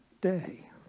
day